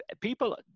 people